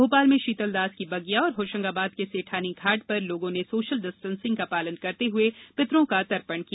भोपाल में शीतल दास की बगिया और होशंगाबाद के सेठानी घांट पर बड़ी संख्या में लोगों ने सोशल डिस्टेंसिंग का पालन करते हए पितरों का तर्पण किया